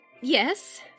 Yes